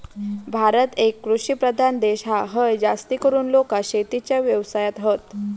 भारत एक कृषि प्रधान देश हा, हय जास्तीकरून लोका शेतीच्या व्यवसायात हत